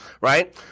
right